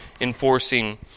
enforcing